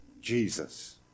Jesus